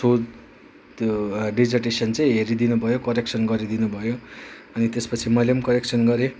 शोध त्यो डेजर्टेसन चाहिँ हेरिदिनु भयो करेक्सन गरिदिनु भयो अनि त्यसपछि मैले पनि करेक्सन गरेँ